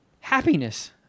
happiness